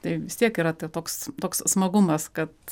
tai vis tiek yra tai toks toks smagumas kad